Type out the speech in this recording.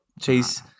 Chase